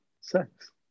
sex